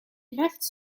rechts